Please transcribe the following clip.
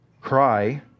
Cry